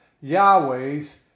Yahweh's